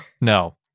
No